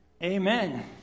amen